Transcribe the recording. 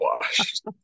washed